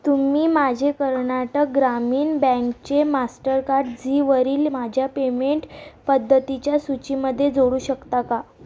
तुम्ही माझे कर्नाटक ग्रामीण बँकचे मास्टरकार्ड झी वरील माझ्या पेमेंट पद्धतींच्या सूचीमध्ये जोडू शकता का